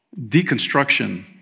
deconstruction